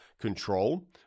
control